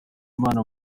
imana